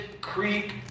Creek